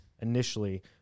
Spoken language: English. initially